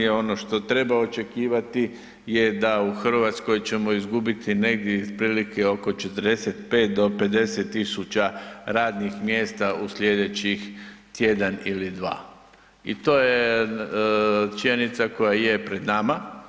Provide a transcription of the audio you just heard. Ono što treba očekivati je da u Hrvatskoj ćemo izgubiti negdje otprilike 45 do 50 tisuća radnih mjesta u sljedećih tjedan ili dva i to je činjenica koja je pred nama.